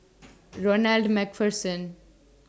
Ronald MacPherson